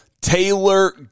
Taylor